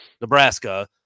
Nebraska